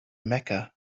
mecca